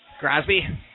Grasby